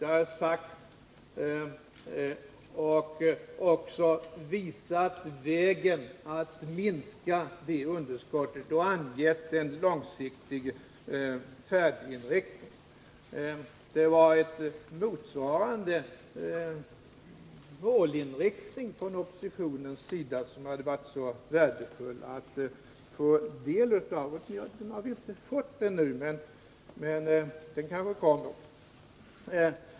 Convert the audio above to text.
Det har jag sagt, och jag har också visat vägen att minska det underskottet — jag har angett en långsiktig färdriktning. Det hade varit värdefullt att få del av en motsvarande målinriktning från oppositionens sida. Det har vi inte fått ännu, men den kanske kommer.